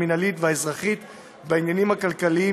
המינהלית והאזרחית בעניינים כלכליים,